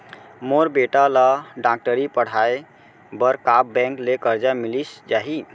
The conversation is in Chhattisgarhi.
मोर बेटा ल डॉक्टरी पढ़ाये बर का बैंक ले करजा मिलिस जाही?